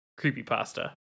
creepypasta